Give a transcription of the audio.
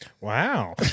Wow